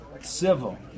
civil